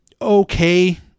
Okay